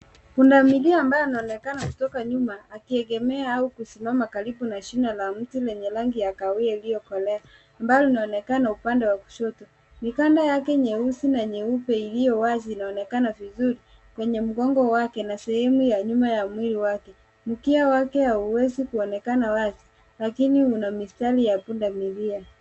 Pundamilia ambaye anaonekana kutoka nyuma akiegemea au kusimama karibu na shina la mti lenye rangi ya kahawia iliyokolea, ambalo linaonekana upande wa kushoto. Mikanda yake nyeusi na nyeupe iliyo wazi inaonekana vizuri kwenye mgongo wake na sehemu ya nyuma ya mwili wake. Mkia wake hauwezi kuonekana wazi, lakini una mistari ya pundamilia.